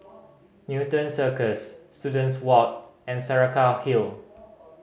Newton Cirus Students Walk and Saraca Hill